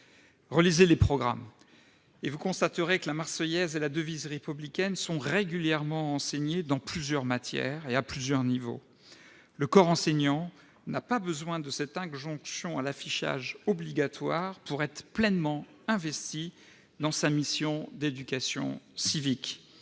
Relisez les programmes : vous constaterez que et la devise républicaine sont régulièrement enseignées dans plusieurs matières et à plusieurs niveaux. Le corps enseignant n'a pas besoin d'une injonction, d'un affichage obligatoire, pour être pleinement investi dans sa mission d'éducation civique.